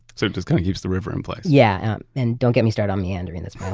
so it just kind of keeps the river in place? yeah, and don't get me started on meandering, that's my